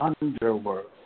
underworld